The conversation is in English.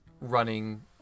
running